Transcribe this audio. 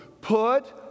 put